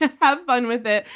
have fun with it.